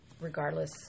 regardless